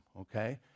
okay